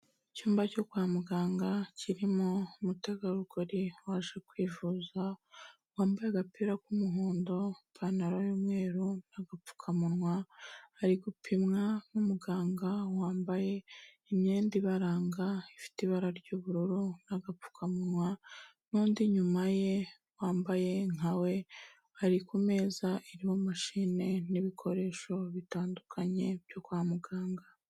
Icyumba cyo kwa muganga kirimo umutegarugori waje kwivuza, wambaye agapira k'umuhondo, ipantaro y'umweru, agapfukamunwa, ari gupimwa n'umuganga wambaye imyenda ibaranga ifite ibara ry'ubururu agapfukawa, n'undi inyuma ye wambaye nka we, ari ku meza irimo mashine n'ibikoresho bitandukanye byo kwa muganga.